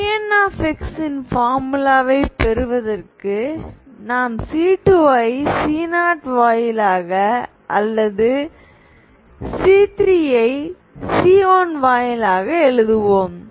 Pn ன் பார்முலாவை பெறுவதற்காக நாம் C2 ஐ C0 வாயிலாக அல்லது C3 ஐ C1 வாயிலாக எழுதுவோம்